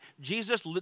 Jesus